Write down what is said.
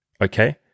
okay